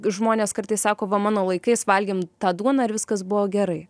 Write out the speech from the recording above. žmonės kartais sako va mano laikais valgėm tą duoną ir viskas buvo gerai